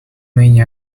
many